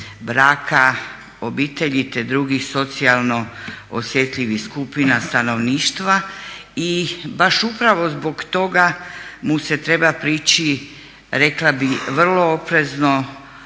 braka, obitelji te drugih socijalno osjetljivih skupina stanovništva i baš upravo zbog toga mu se treba priči rekla bi vrlo oprezno